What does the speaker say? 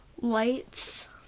lights